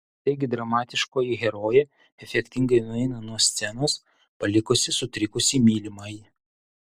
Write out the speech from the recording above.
taigi dramatiškoji herojė efektingai nueina nuo scenos palikusi sutrikusį mylimąjį